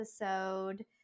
episode